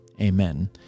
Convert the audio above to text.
amen